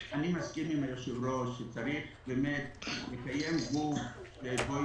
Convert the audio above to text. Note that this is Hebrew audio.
אני מסכים עם היושב-ראש, שצריך לקיים גוף שבו